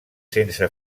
sense